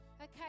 okay